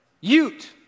Ute